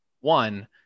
one